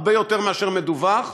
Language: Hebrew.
הרבה יותר מאשר מדווח,